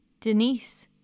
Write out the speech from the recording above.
Denise